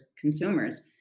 consumers